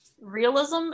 realism